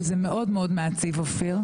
וזה מאוד מאוד מעציב אופיר,